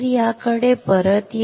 तर याकडे परत जा